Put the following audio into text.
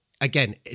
Again